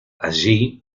allí